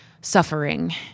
suffering